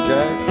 Jack